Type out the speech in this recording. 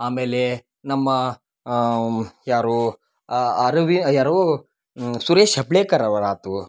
ಆಮೇಲೆ ನಮ್ಮ ಯಾರು ಅರವಿ ಯಾರು ಸುರೇಶ್ ಹೆಬ್ಳೇಕರ್ ಅವರು ಆತು